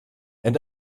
and